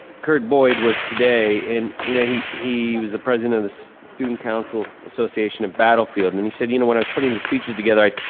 kurt boyd was today and you know he he was the president of the student council association of battlefield and he said, you know when i was putting the speeches together,